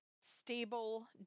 stable